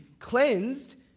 cleansed